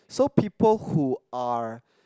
so people who are